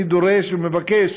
אני דורש ומבקש